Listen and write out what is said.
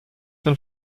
den